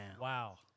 Wow